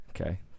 Okay